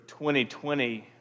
2020